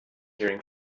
hearing